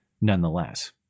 Nonetheless